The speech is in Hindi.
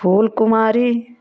फूल कुमारी